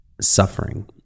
suffering